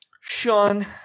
Sean